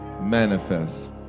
manifest